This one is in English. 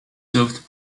served